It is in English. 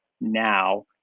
now